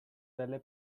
delle